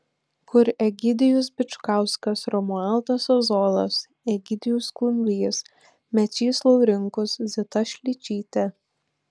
kur egidijus bičkauskas romualdas ozolas egidijus klumbys mečys laurinkus zita šličytė